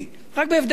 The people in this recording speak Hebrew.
רק בהבדל אחד,